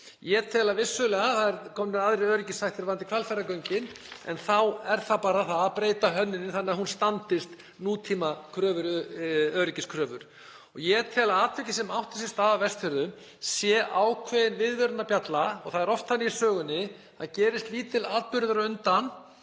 umræðu. Vissulega eru komnir aðrir öryggisþættir varðandi Hvalfjarðargöngin en þá er það bara að breyta hönnuninni þannig að hún standist nútímaöryggiskröfur. Ég tel að atvikið sem átti sér stað á Vestfjörðum sé ákveðin viðvörunarbjalla. Það er oft þannig í sögunni að það gerist lítill atburður á undan